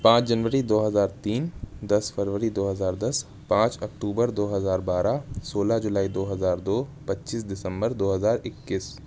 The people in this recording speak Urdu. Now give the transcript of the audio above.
پانچ جنوری دو ہزار تین دس فروری دو ہزار دس پانچ اکتوبر دو ہزار بارہ سولہ جولائی دو ہزار دو پچیس دسمبر دو ہزار اکیس